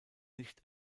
nicht